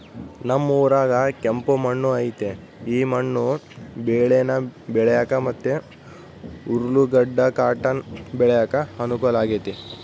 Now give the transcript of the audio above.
ನಮ್ ಊರಾಗ ಕೆಂಪು ಮಣ್ಣು ಐತೆ ಈ ಮಣ್ಣು ಬೇಳೇನ ಬೆಳ್ಯಾಕ ಮತ್ತೆ ಉರ್ಲುಗಡ್ಡ ಕಾಟನ್ ಬೆಳ್ಯಾಕ ಅನುಕೂಲ ಆಗೆತೆ